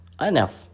enough